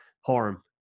harm